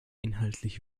inhaltlich